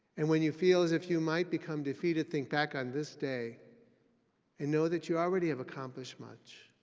and when you feel as if you might become defeated, think back on this day and know that you already have accomplished much.